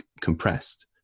compressed